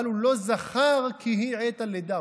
אבל הוא לא זכר כי היא "עת הלידה".